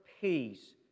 peace